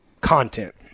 content